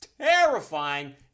terrifying